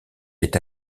est